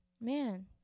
Man